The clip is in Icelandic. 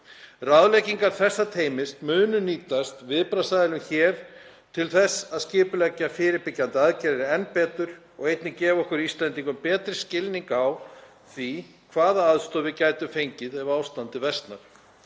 Ráðleggingar þessa teymis munu nýtast viðbragðsaðilum hér til þess að skipuleggja fyrirbyggjandi aðgerðir enn betur og einnig gefa okkur Íslendingum betri skilning á því hvaða aðstoð við gætum fengið ef ástandið versnar.